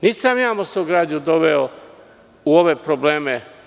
Nisam ja „Mostogradnju“ doveo u ove probleme.